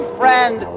friend